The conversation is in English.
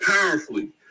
powerfully